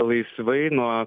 laisvai nuo